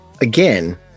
again